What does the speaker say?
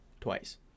twice